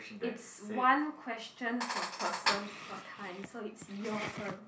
it's one question per person per time so it's your turn